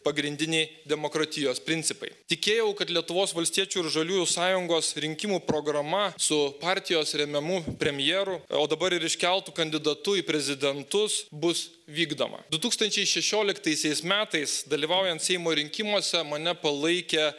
pagrindiniai demokratijos principai tikėjau kad lietuvos valstiečių ir žaliųjų sąjungos rinkimų programa su partijos remiamu premjeru o dabar ir iškeltu kandidatu į prezidentus bus vykdoma du tūkstančiai šešioliktaisiais metais dalyvaujant seimo rinkimuose mane palaikė